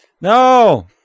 No